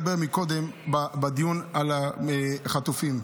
לדבר קודם בדיון על החטופים.